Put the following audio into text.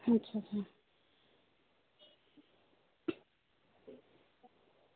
अच्छा अच्छा